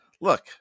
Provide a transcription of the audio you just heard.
look